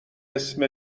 اسم